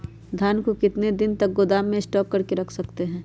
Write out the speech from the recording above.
धान को कितने दिन को गोदाम में स्टॉक करके रख सकते हैँ?